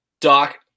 Doc